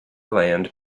land